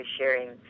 sharing